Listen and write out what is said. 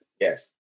Yes